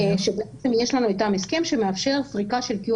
שבעצם יש לנו איתם הסכם שמאפשר סריקה של QR